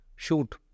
Shoot